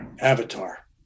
avatar